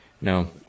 No